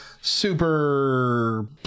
super